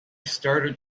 started